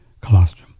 colostrum